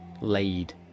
laid